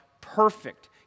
perfect